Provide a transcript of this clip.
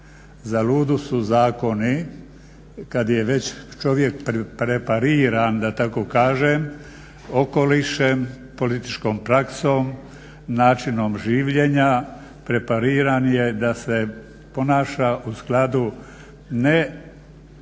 za ludu su zakoni kad je već čovjek prepariran da tako kažem okolišem, političkom praksom, načinom življenja, prepariran je da se ponaša u skladu ne